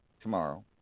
tomorrow